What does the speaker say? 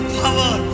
power